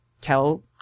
tell